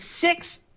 six